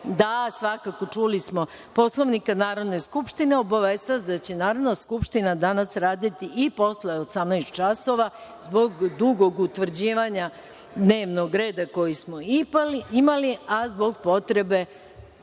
87. stavovi 2. i 3. Poslovnika Narodne skupštine, obaveštavam vas da će Narodna skupština danas raditi i posle 18.00 časova zbog dugog utvrđivanja dnevnog reda koji smo imali, a zbog potrebe,